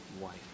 wife